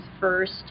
first